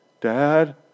Dad